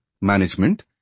management